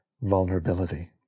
vulnerability